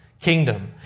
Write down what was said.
kingdom